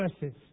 verses